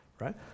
right